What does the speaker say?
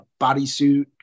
bodysuit